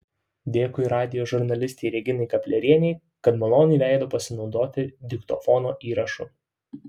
dėkui radijo žurnalistei reginai kaplerienei kad maloniai leido pasinaudoti diktofono įrašu